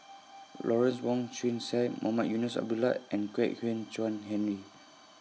Lawrence Wong Shyun Tsai Mohamed Eunos Abdullah and Kwek Hian Chuan Henry